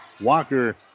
Walker